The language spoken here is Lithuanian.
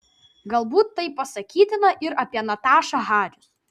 galbūt tai pasakytina ir apie natašą haris